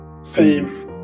save